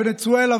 ונצואלה,